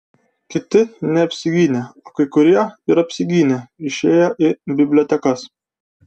kiti neapsigynę o kai kurie ir apsigynę išėjo į bibliotekas